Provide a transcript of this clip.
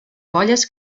colles